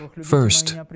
first